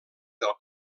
del